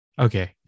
Okay